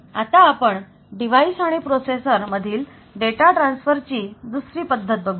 आता आपण डिवाइस आणि प्रोसेसर मधील डेटा ट्रान्सफर ची दुसरी पद्धत बघूया